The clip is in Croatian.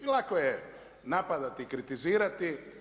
I lako je napadati i kritizirati.